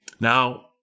Now